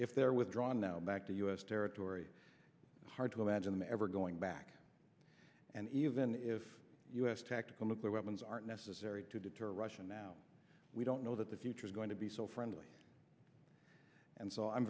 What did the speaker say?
if they're withdrawn now back to us territory hard to imagine them ever going back and even if us tactical nuclear weapons aren't necessary to deter russia now we don't know that the future is going to be so friendly and so i'm